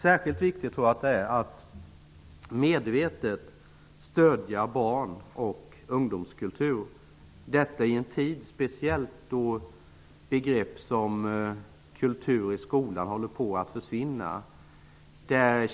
Särskilt viktigt är det att medvetet stödja barn och ungdomskultur -- detta speciellt i en tid då begrepp som ''kultur i skolan'' håller på att försvinna.